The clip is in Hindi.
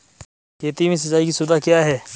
खेती में सिंचाई की सुविधा क्या है?